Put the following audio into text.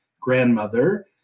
grandmother